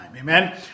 amen